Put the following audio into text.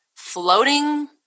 Floating